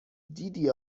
دیدی